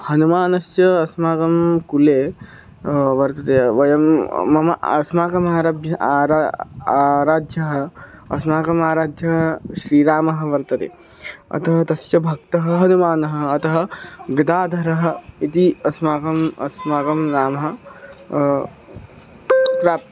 हनुमानस्य अस्माकं कुले वर्तते वयं मम अस्माकम् आरभ्य अरा आराध्यः अस्माकम् आराध्यः श्रीरामः वर्तते अतः तस्य भक्तः हनूमान् अतः गदाधरः इति अस्माकम् अस्माकं नाम प्राप्तं